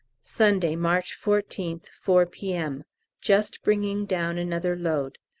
sunday, march fourteenth, four p m just bringing down another load.